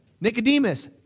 Nicodemus